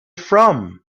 from